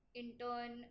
intern